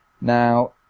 Now